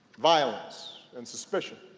violence and suspicion.